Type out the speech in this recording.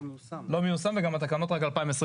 הוא לא מיושם וגם התקנות נכנסות רק ב-2025.